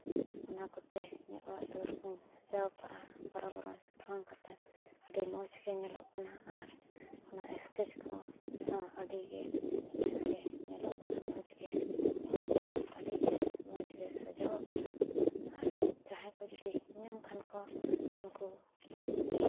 ᱚᱱᱟ ᱠᱚᱛᱮ ᱤᱧᱟᱹᱜ ᱚᱲᱟᱜ ᱫᱩᱣᱟᱹᱨ ᱠᱚᱧ ᱥᱟᱡᱟᱣ ᱟᱠᱟᱫᱼᱟ ᱵᱟᱨᱚ ᱵᱟᱨᱚᱱ ᱨᱚᱝ ᱠᱟᱛᱮ ᱟᱹᱰᱤ ᱢᱚᱡᱽ ᱜᱮ ᱧᱮᱞᱚᱜ ᱠᱟᱱᱟ ᱟᱨ ᱚᱱᱟ ᱥᱠᱮᱪ ᱠᱚᱦᱚᱸ ᱟᱹᱰᱤ ᱜᱮ ᱵᱮᱥᱜᱮ ᱧᱮᱞᱚᱜ ᱠᱟᱱᱟ ᱢᱚᱡᱽ ᱜᱮ ᱚᱱᱟ ᱠᱚᱦᱚᱸ ᱟᱹᱰᱤᱜᱮ ᱢᱚᱡᱽ ᱜᱮ ᱥᱟᱡᱟᱣ ᱠᱟᱱᱟ ᱟᱨ ᱡᱟᱦᱟᱸᱭ ᱠᱚ ᱡᱩᱫᱤ ᱧᱟᱢ ᱠᱷᱟᱱ ᱠᱚ ᱩᱱᱠᱩ